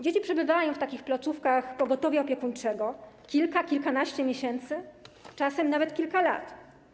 Dzieci przebywają w placówkach pogotowia opiekuńczego kilka, kilkanaście miesięcy, czasem nawet kilka lat.